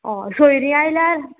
ओ सोयरी आयल्यार